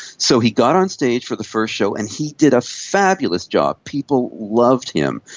so he got on stage for the first show and he did a fabulous job. people loved him,